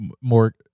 more